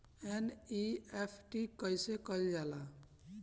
NEFT कइसे कइल जाला?